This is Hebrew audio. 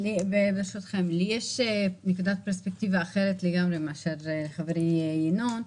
לי יש פרספקטיבה אחרת משל חברי ינון אזולאי.